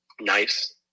nice